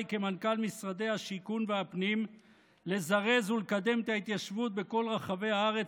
כמנכ"ל משרדי השיכון והפנים לזרז ולקדם את ההתיישבות בכל רחבי הארץ,